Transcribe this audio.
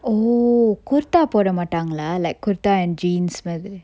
oh kurtha போட மாட்டாங்கலா:poda mattangala like kurtha and jeans மாதிரி:madiri